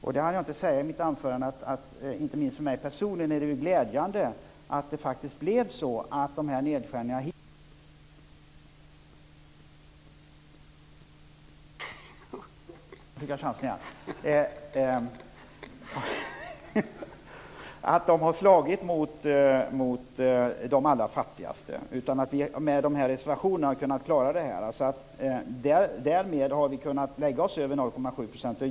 Jag hann inte säga i mitt anförande att det inte minst för mig personligen är glädjande att de här nedskärningarna hittills inte har slagit mot de allra fattigaste. Med reservationerna har vi i stället kunnat klara detta. Därmed har vi kunnat lägga oss ovanför de 0,7 procenten.